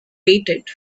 waited